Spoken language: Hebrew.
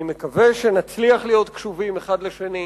אני מקווה שנצליח להיות קשובים אחד לשני,